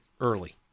early